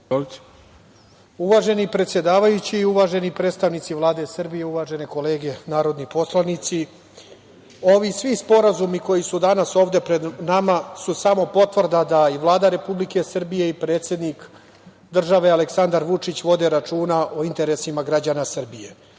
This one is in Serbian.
Uvaženi predsedavajući i uvaženi predstavnici Vlade Srbije, uvažene kolege narodni poslanici ovi svi sporazumi koji su danas ovde pred nama su samo potvrda da i Vlada Republike Srbije i predsednik države, Aleksandar Vučić, vode računa o interesima građana Srbije,